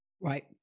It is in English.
Right